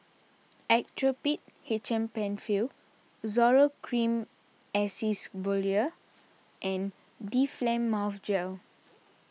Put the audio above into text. Actrapid H M Penfill Zoral Cream Acyclovir and Difflam Mouth Gel